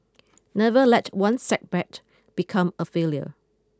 never let one setback become a failure